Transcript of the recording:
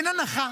אין הנחה